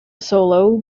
solo